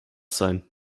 sein